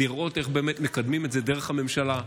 לראות איך באמת מקדמים את זה דרך הממשלה,